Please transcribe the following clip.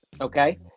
Okay